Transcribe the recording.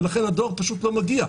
ולכן הדואר פשוט לא מגיע.